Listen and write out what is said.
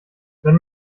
wenn